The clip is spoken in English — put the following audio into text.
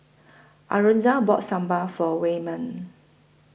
Alonza bought Sambal For Wayman